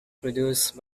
produced